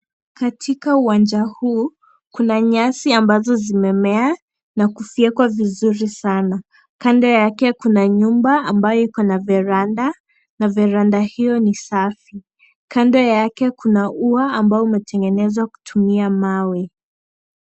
Katika uwanja huu kuna nyasi ambazo zimemea na kufyekwa vizuri sana. Kando yake kuna nyumba ambayo iko na verandah . verandah iyo ni safi. Kando yake kuna ua ambao umetengenezwa kutumia mawe.